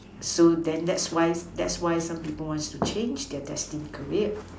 so then that's why that's why some people wants to change their destined career